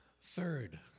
Third